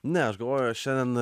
ne aš galvoju šiandien